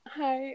hi